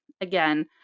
Again